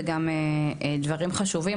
וגם דברים חשובים,